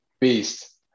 beast